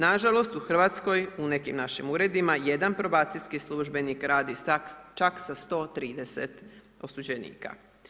Nažalost, u RH u nekim našim uredima jedan probacijski službenik radi čak sa 130 osuđenika.